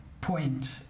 point